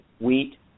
wheat